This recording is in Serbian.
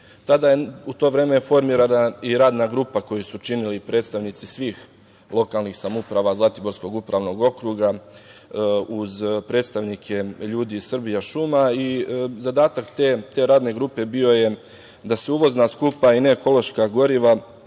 u to vreme je formirana i radna grupa koju su činili predstavnici svih lokalnih samouprava zlatiborskog upravnog okruga, uz predstavnike ljudi iz „Srbija šuma“. Zadatak te radne grupe je bio da se uvozna, skupa i neekološka goriva